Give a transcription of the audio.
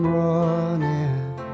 running